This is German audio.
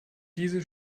diese